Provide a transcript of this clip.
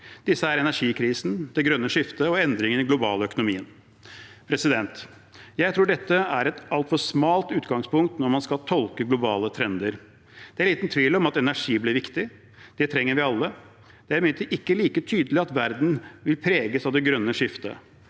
Det er energikrisen, det grønne skiftet og endringene i den globale økonomien. Jeg tror dette er et altfor smalt utgangspunkt når man skal tolke globale trender. Det er liten tvil om at energi blir viktig. Det trenger vi alle. Det er imidlertid ikke like tydelig at verden vil preges av det grønne skiftet.